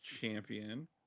Champion